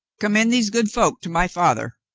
commend these good folk to my father.